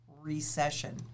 recession